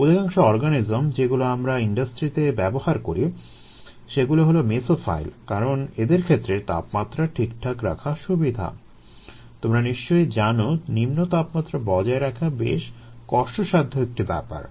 অধিকাংশ অর্গানিজম যেগুলো আমরা ইন্ডাস্ট্রিতে ব্যবহার করি সেগুলো হলো মেসোফাইল কারণ এদের ক্ষেত্রে তাপমাত্রা ঠিকঠাক রাখা সুবিধা তোমরা নিশ্চয়ই জানো নিম্ন তাপমাত্রা বজায় রাখা বেশ কষ্টসাধ্য একটি ব্যাপার